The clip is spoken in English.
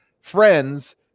friends